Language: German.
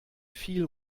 viel